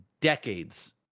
decades